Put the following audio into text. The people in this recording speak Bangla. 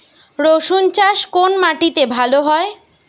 রুসুন চাষ কোন মাটিতে ভালো হয়?